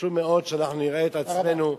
חשוב מאוד שאנחנו נראה את עצמנו,